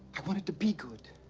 i wanted to be good.